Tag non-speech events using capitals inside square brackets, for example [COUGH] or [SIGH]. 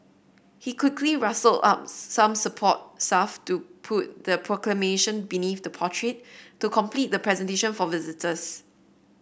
he quickly rustle up some support [UNINTELLIGIBLE] to put the proclamation beneath the portrait to complete the presentation for visitors